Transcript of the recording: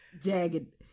Jagged